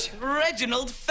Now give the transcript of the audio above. Reginald